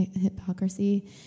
hypocrisy